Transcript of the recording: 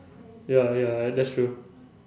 ya ya that's true